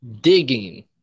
Digging